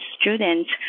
students